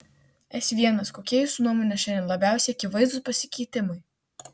s l kokie jūsų nuomone šiandien labiausiai akivaizdūs pasikeitimai